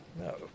No